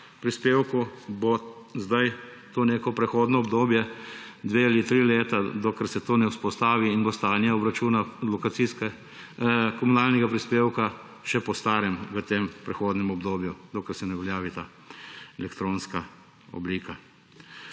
prispevku bo zdaj to neko prehodno obdobje dveh ali treh let, dokler se to ne vzpostavi in bo stanje obračuna komunalnega prispevka še po starem v tem prehodnem obdobju, dokler se ne uveljavi ta elektronska oblika.